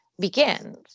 begins